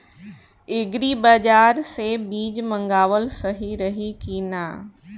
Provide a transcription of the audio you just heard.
Agri बाज़ार से बीज मंगावल सही रही की ना?